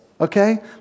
okay